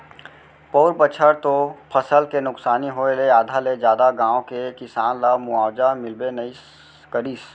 पउर बछर तो फसल के नुकसानी होय ले आधा ले जादा गाँव के किसान ल मुवावजा मिलबे नइ करिस